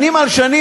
שנים על שנים,